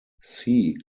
see